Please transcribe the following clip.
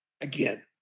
Again